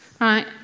right